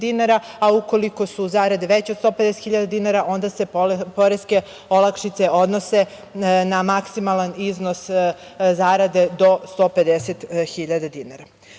a ukoliko su zarade veće od 150.000 dinara, onda se poreske olakšice odnose na maksimalan iznos zarade do 150.000 dinara. Obzirom